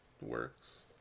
works